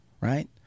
right